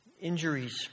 injuries